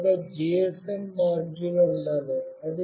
మీ వద్ద GSM module ఉండాలి